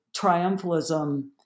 triumphalism